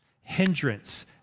Hindrance